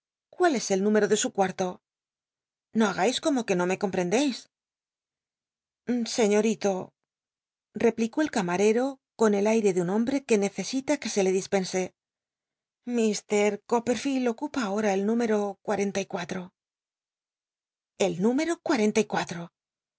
cmil es el númci'o de su cuarto no hagais como que no me comprendeis señorito replicó el camarero con el aire de un hombre que necesi t t que se le dispense l copete lo ocupa ahora el número m i el número